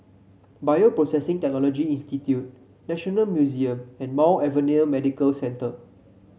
Bioprocessing Technology Institute National Museum and Mount Alvernia Medical Centre